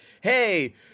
hey